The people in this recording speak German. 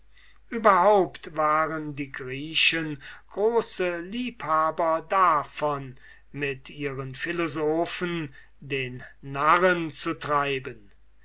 überhaupt waren die griechen große liebhaber davon mit ihren philosophen den narren zu treiben